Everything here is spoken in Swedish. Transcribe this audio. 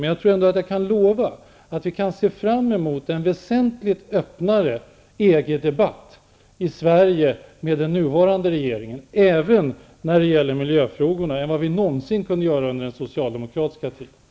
Men jag kan lova att vi med den nuvarnde regeringen har att se fram emot en väsentligt öppnare EG debatt i Sverige, även beträffande miljöfrågorna, än vad vi någonsin kunde uppleva under den socialdemokratiska tiden.